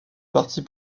partis